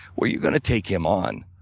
were you gonna take him on,